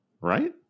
Right